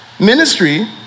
Ministry